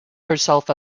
herself